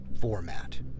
format